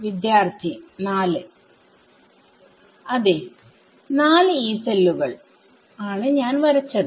വിദ്യാർത്ഥി 4 അതേ 4 Yee സെല്ലുകൾ ആണ് ഞാൻ വരച്ചത്